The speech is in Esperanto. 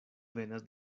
venas